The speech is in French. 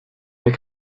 avec